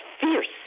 fierce